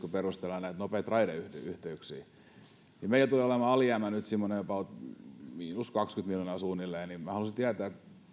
perustellaan näitä nopeita raideyhteyksiä varten meillä tulee olemaan alijäämää nyt semmoinen about miinus kaksikymmentä miljoonaa suunnilleen ja haluaisin tietää